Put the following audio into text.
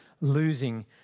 losing